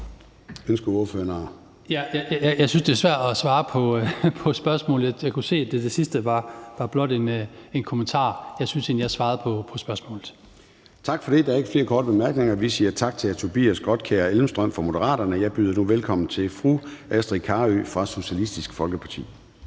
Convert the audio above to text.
Jeg synes, det er svært at svare på spørgsmålet. Jeg kunne se, at det sidste blot var en kommentar, og jeg synes egentlig, at jeg har svaret på spørgsmålet. Kl. 13:29 Formanden (Søren Gade): Tak for det. Der er ikke flere korte bemærkninger. Vi siger tak til hr. Tobias Grotkjær Elmstrøm fra Moderaterne. Jeg byder nu velkommen til fru Astrid Carøe fra Socialistisk Folkeparti.